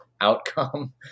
outcome